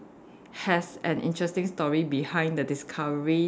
has an interesting story behind the discovery